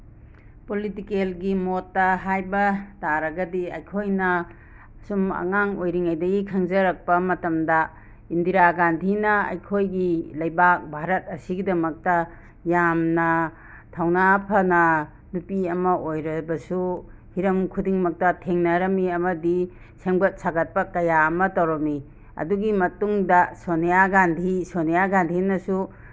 ꯄꯣꯂꯤꯇꯤꯀꯦꯜꯒꯤ ꯃꯣꯠꯇ ꯍꯥꯏꯕ ꯇꯥꯔꯒꯗꯤ ꯑꯩꯈꯣꯏꯅ ꯁꯨꯝ ꯑꯉꯥꯡ ꯑꯣꯏꯔꯤꯉꯩꯗꯒꯤ ꯈꯪꯖꯔꯛꯄ ꯃꯇꯝꯗ ꯏꯟꯗꯤꯔꯥ ꯒꯥꯟꯙꯤꯅ ꯑꯩꯈꯣꯏꯒꯤ ꯂꯩꯕꯥꯛ ꯚꯥꯔꯠ ꯑꯁꯤꯒꯤꯗꯃꯛꯇ ꯌꯥꯝꯅ ꯊꯧꯅ ꯐꯅ ꯅꯨꯄꯤ ꯑꯃ ꯑꯣꯏꯔꯕꯁꯨ ꯍꯤꯔꯝ ꯈꯨꯗꯤꯡꯃꯛꯇ ꯊꯦꯡꯅꯔꯝꯃꯤ ꯑꯃꯗꯤ ꯁꯦꯝꯒꯠ ꯁꯥꯒꯠꯄ ꯀꯌꯥ ꯑꯃ ꯇꯧꯔꯝꯃꯤ ꯑꯗꯨꯒꯤ ꯃꯇꯨꯡꯗ ꯁꯣꯅꯤꯌꯥ ꯒꯥꯟꯙꯤ ꯁꯣꯅꯤꯌꯥ ꯒꯥꯟꯙꯤꯅꯁꯨ